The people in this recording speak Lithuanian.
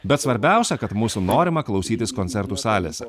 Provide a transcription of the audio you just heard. bet svarbiausia kad mūsų norima klausytis koncertų salėse